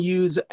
use